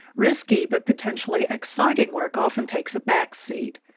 risky but potentially exciting work often takes a back seat,